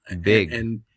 Big